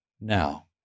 now